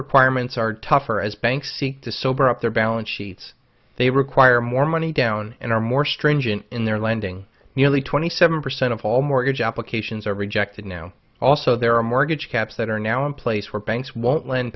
requirements are tougher as banks seek to sober up their balance sheets they require more money down and are more stringent in their lending nearly twenty seven percent of all mortgage applications are rejected now also there are mortgage caps that are now in place where banks won't lend